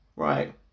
Right